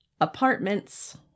apartments